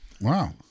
Wow